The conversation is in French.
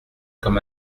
comme